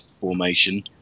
formation